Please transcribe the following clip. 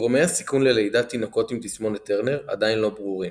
גורמי הסיכון ללידת תינוקות עם תסמונת טרנר עדיין לא ברורים.